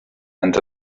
and